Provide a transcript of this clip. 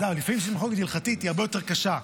לפעמים מחלוקת הלכתית היא הרבה יותר קשה,